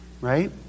right